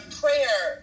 prayer